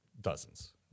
dozens